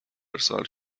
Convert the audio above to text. ارسال